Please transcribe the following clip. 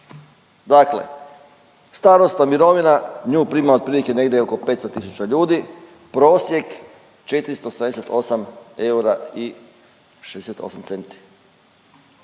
Dakle starosna mirovina, nju prima otprilike negdje oko 500 tisuća ljudi, prosjek 478 eura